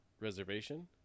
Reservation